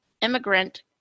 immigrant